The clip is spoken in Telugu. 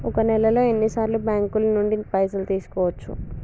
ఒక నెలలో ఎన్ని సార్లు బ్యాంకుల నుండి పైసలు తీసుకోవచ్చు?